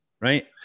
right